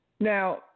Now